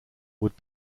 would